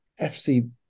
FC